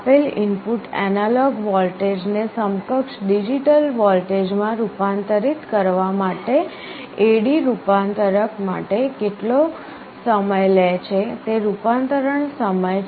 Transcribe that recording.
આપેલ input analogue વોલ્ટેજને સમકક્ષ ડિજિટલ વોલ્ટેજ માં રૂપાંતરિત કરવા માટે AD રૂપાંતરક માટે કેટલો સમય લે છે તે રૂપાંતરણ સમય છે